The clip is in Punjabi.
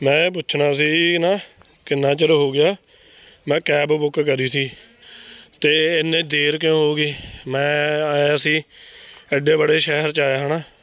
ਮੈਂ ਪੁੱਛਣਾ ਸੀ ਨਾ ਕਿੰਨਾ ਚਿਰ ਹੋ ਗਿਆ ਮੈਂ ਕੈਬ ਬੁੱਕ ਕਰੀ ਸੀ ਅਤੇ ਇੰਨੀ ਦੇਰ ਕਿਉਂ ਹੋ ਗਈ ਮੈਂ ਆਇਆ ਸੀ ਐਡੇ ਬੜੇ ਸ਼ਹਿਰ 'ਚ ਆਇਆ ਹੈ ਨਾ